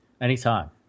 Anytime